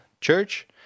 church